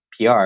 PR